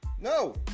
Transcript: No